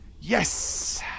Yes